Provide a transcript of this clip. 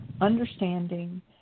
understanding